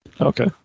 Okay